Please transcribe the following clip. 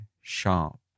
sharp